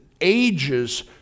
ages